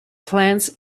plants